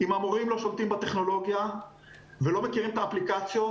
אם המורים לא שולטים בטכנולוגיה ולא מכירים את האפליקציות,